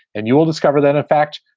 and you will discover that, in fact,